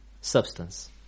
Substance